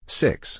six